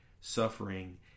suffering